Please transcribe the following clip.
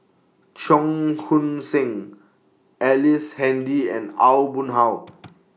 Cheong Koon Seng Ellice Handy and Aw Boon Haw